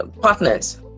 partners